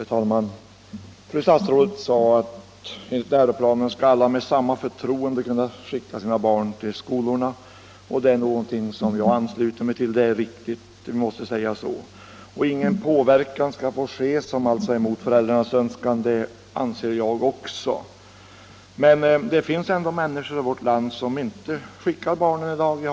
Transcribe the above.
Herr talman! Fru statsrådet sade att enligt läroplanen skall alla med samma förtroende kunna skicka sina barn till skolorna, och det ansluter jag mig till — det är riktigt, och vi måste säga så. Ingen påverkan som är emot föräldrarnas önskan skall få ske — det anser jag också. Men det finns ändå människor i vårt land som inte skickar barnen till skolorna i dag.